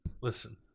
Listen